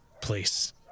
Please